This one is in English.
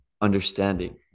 understanding